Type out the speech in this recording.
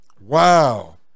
Wow